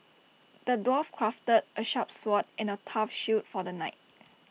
the dwarf crafted A sharp sword and A tough shield for the knight